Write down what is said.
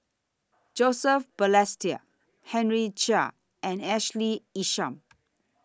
Joseph Balestier Henry Chia and Ashley Isham